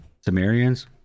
Sumerians